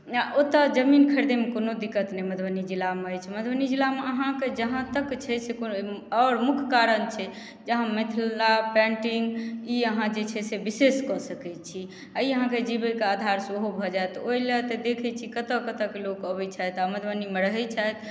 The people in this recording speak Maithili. आ ओतय जमीन खरीदेमे कोनो दिक्कत नहि मधुबनी जिलामे अछि मधुबनी जिलामे अहाँके जहाँ तक छै से आओर मुख्य कारण छै जे अहाँ मिथिला पेन्टिंग ई अहाँ जे छै से विशेष कऽ सकै छी ई अहाँके जीबैके आधार सेहो भऽ जायत ओहि लए तऽ देखै छी कतौ कतौके लोक अबै छथि आ मधुबनीमे रहै छथि